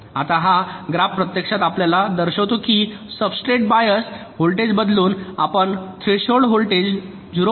आता हा ग्राफ प्रत्यक्षात आपल्याला दर्शवितो की सब्सट्रेट बायस व्होल्टेज बदलून आपण थ्रेशोल्ड व्होल्टेज 0